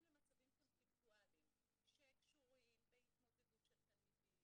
למצבים קונפליקטואליים שקשורים בהתמודדות של תלמידים,